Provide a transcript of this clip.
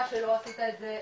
שהוכח שלא עשית את סתם,